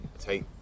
Take